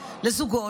לזוגות,